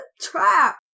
trap